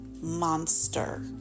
monster